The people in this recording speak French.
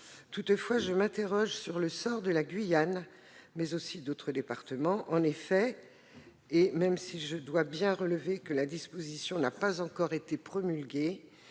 Toutefois, je m'interroge sur le cas de la Guyane, mais aussi d'autres départements. En effet, même s'il faut bien souligner que la disposition en cause n'a pas encore été promulguée,